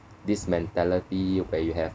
this mentality where you have